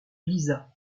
lisa